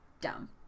dumb